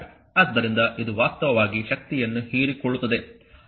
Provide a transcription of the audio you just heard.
ಆದ್ದರಿಂದ ಇದು ವಾಸ್ತವವಾಗಿ ಶಕ್ತಿಯನ್ನು ಹೀರಿಕೊಳ್ಳುತ್ತದೆ